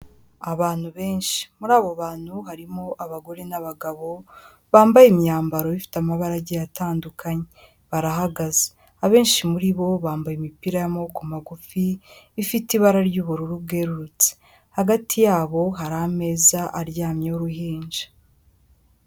Abantu benshi, muri abo bantu harimo abagore n'abagabo, bambaye imyambaro ifite amabara agiye atandukanye, barahagaze, abenshi muri bo bambaye imipira y'amaboko magufi, ifite ibara ry'ubururu bwerurutse, hagati yabo hari ameza aryamyeho uruhinja.